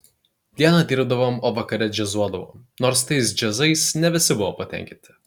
dieną dirbdavom o vakare džiazuodavom nors tais džiazais ne visi buvo patenkinti